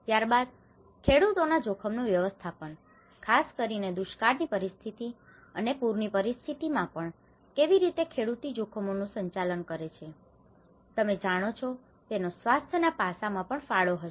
ત્યારબાદ ખેડૂતોના જોખમ નું વ્યવસ્થાપન ખાસ કરીને દુષ્કાળ ની પરિસ્થિતિ અને પૂર ની પરિસ્થિતિઓ માં પણ કેવી રીતે ખેડુતી જોખમોનું સંચાલન કરે છે તમે જાણો છો તેનો સ્વાસ્થ્ય ના પાસામાં પણ ફાળો હશે